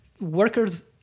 workers